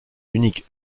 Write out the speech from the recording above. l’unique